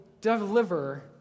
deliver